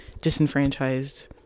disenfranchised